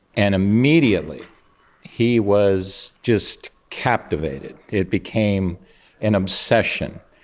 and immediately he was just captivated. it became an obsession.